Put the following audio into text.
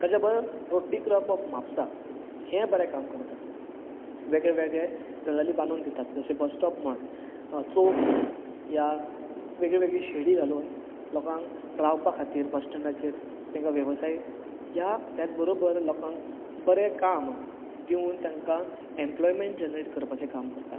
ताच्या बरोबर rotary club of Mapusa हें बरें काम करता वेगळे वेगळे गजाली बांदून दितात जशें बस स्टॉप म्हण चौक म्हण या वेगळी वेगळी शेडी घालून लोकांक रावपा खातीर बस स्टेण्डाचेर तेंकां वेवसाय या त्याच बरोबर लोकांक बरें काम दिवन तेंकां एंप्लोयमेंट जनरेट करपाचें काम ते करतात